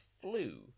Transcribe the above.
flu